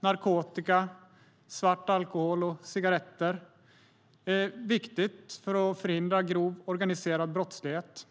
narkotika, svart alkohol och svarta cigaretter är viktigt för att förhindra grov organiserad brottslighet.